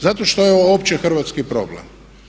Zato što je ovo opće hrvatski problem.